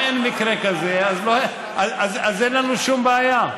אם אין מקרה כזה, אז אין לנו שום בעיה.